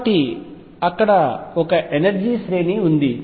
కాబట్టి అక్కడ ఒక ఎనర్జీ శ్రేణి ఉంది